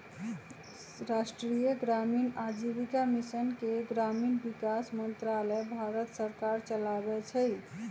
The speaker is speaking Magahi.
राष्ट्रीय ग्रामीण आजीविका मिशन के ग्रामीण विकास मंत्रालय भारत सरकार चलाबै छइ